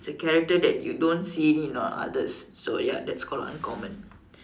the character that you don't see in on others so ya that's called uncommon